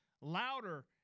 louder